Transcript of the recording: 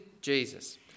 Jesus